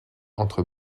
entre